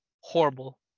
horrible